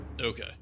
Okay